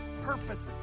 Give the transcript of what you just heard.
purposes